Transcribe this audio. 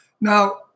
Now